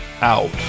out